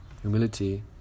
humility